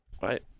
right